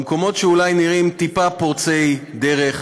במקומות שאולי נראים טיפה פורצי דרך,